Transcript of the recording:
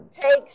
takes